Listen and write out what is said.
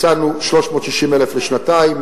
הקצינו 360,000 שקל לשנתיים,